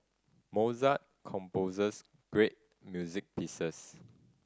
Mozart composes great music pieces